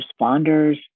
responders